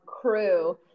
crew